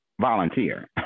volunteer